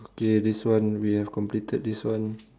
okay this one we have completed this one